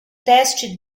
teste